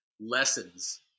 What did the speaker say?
lessons